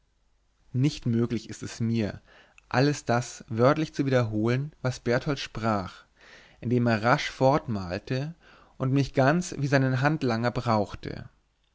nicht möglich ist es mir alles das wörtlich zu wiederholen was berthold sprach indem er rasch fortmalte und mich ganz wie seinen handlanger brauchte